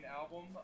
album